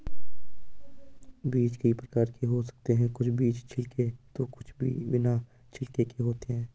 बीज कई प्रकार के हो सकते हैं कुछ बीज छिलके तो कुछ बिना छिलके के होते हैं